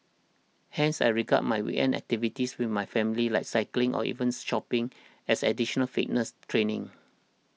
hence I regard my weekend activities with my family like cycling or even shopping as additional fitness training